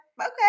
okay